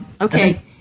Okay